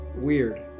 weird